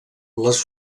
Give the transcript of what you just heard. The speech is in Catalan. les